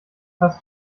hast